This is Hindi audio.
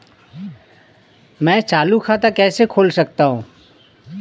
मैं चालू खाता कैसे खोल सकता हूँ?